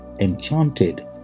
enchanted